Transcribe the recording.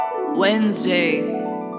Wednesday